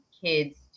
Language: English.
kids